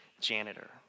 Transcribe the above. janitor